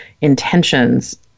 intentions